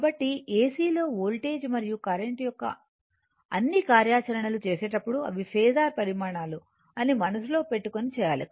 కాబట్టి AC లో voltage మరియు కరెంట్ యొక్క అన్ని కార్యాచరణలు చేసేటప్పుడు అవి ఫేసర్ పరిమాణాలు అని మనసులో పెట్టుకుని చేయాలి